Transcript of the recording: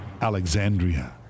Alexandria